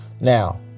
now